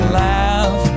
laugh